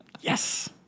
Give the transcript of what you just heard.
Yes